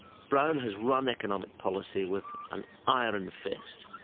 brown has run economic policy with an iron fist,